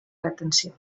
retenció